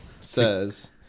says